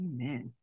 Amen